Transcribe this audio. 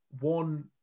One